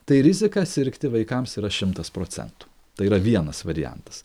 tai rizika sirgti vaikams yra šimtas procentų tai yra vienas variantas